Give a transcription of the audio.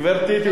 גברתי,